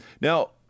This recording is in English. Now